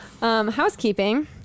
Housekeeping